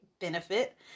benefit